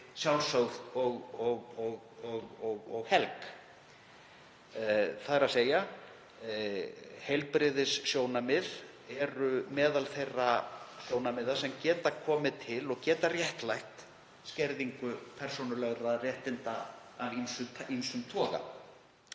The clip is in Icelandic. sjálfsögð og helg, þ.e. heilbrigðissjónarmið eru meðal þeirra sjónarmiða sem geta komið til og geta réttlætt skerðingu persónulegra réttinda af ýmsum toga.